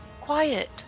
quiet